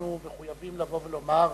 אנחנו מחויבים לומר,